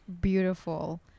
beautiful